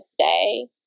say